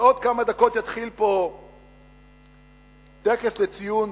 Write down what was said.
בעוד כמה דקות יתחיל פה טקס לציון